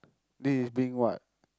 this is being what